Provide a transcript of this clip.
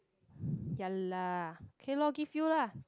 ya lah okay lor give you lah